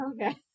okay